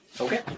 Okay